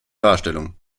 darstellung